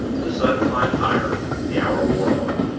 the sun climbed higher the hour wore on.